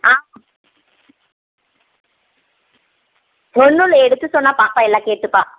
ஆ ஒன்னுமில்ல எடுத்து சொன்னால் பாப்பா எல்லாம் கேட்டுப்பாள்